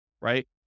right